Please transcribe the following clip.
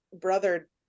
brother-